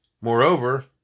Moreover